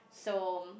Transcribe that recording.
so mm